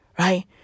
Right